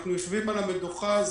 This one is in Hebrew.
אנחנו יושבים על המדוכה הזאת.